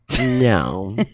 No